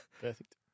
Perfect